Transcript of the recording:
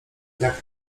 jak